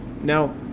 Now